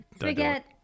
forget